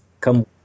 come